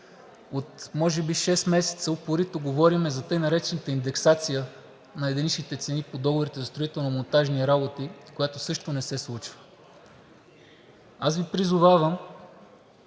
От може би шест месеца упорито говорим за тъй наречената индексация на единичните цени по договорите за строително-монтажни работи, която също не се случва. Призовавам